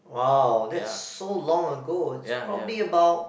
wow that's so long ago is probably about